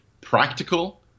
practical